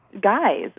guys